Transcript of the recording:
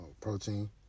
protein